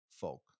folk